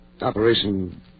operation